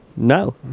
No